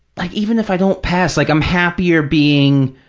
like even if i don't pass, like i'm happier being,